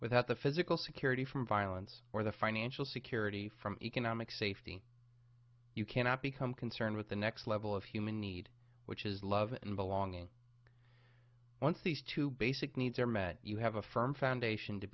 without the physical security from violence or the financial security from economic safety you cannot become concerned with the next level of human need which is love and belonging once these two basic needs are met you have a firm foundation to